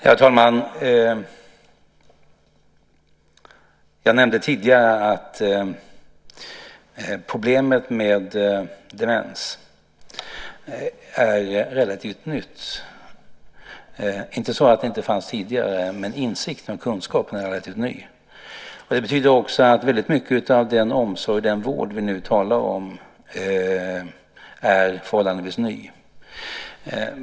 Herr talman! Jag nämnde tidigare att problemet med demens är relativt nytt. Det är inte så att demens inte fanns tidigare, men insikten och kunskapen är relativt ny. Det betyder också att mycket av den omsorg och den vård som vi nu talar om är förhållandevis ny.